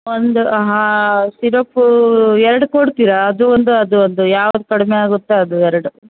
ಒಂದು ಸಿರಪೂ ಎರ್ಡು ಕೊಡ್ತೀರಾ ಅದು ಒಂದು ಅದು ಒಂದು ಯಾವ್ದು ಕಡಿಮೆ ಆಗುತ್ತೋ ಅದು ಎರಡು